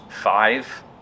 five